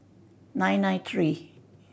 nine nine tree